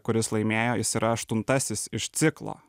kuris laimėjo jis yra aštuntasis iš ciklo